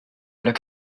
look